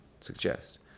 suggest